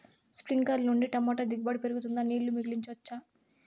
స్ప్రింక్లర్లు నుండి టమోటా దిగుబడి పెరుగుతుందా? నీళ్లు మిగిలించవచ్చా?